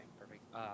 perfect